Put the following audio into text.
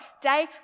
day